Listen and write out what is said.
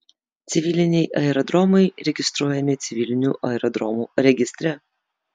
civiliniai aerodromai registruojami civilinių aerodromų registre